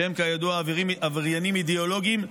שהם כידוע עבריינים אידיאולוגיים,